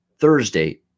Thursday